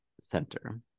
Center